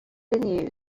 been